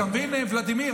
אתה מבין, ולדימיר?